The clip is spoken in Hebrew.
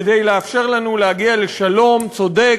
כדי לאפשר לנו להגיע לשלום צודק,